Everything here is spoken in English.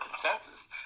consensus